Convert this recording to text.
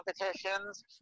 competitions